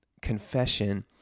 confession